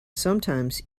sometimes